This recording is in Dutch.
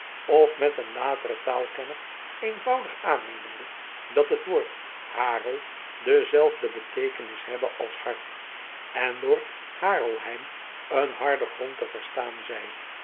of met een lateren taalkenner eenvoudig aanneme dat het woord harel dezelfde beteekenis hebbe als hard en door harelheim een harde grond te verstaan zij